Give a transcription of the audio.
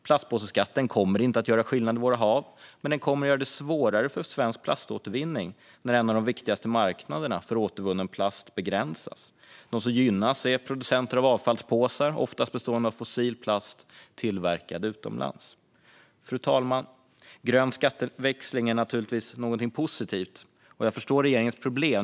Plastpåseskatten kommer inte att göra skillnad i våra hav, men den kommer att göra det svårare för svensk plaståtervinning när en av de viktigaste marknaderna för återvunnen plast begränsas. De som gynnas är producenter av avfallspåsar, oftast bestående av fossil plast tillverkad utomlands. Fru talman! Grön skatteväxling är naturligtvis positivt, och jag förstår regeringens problem.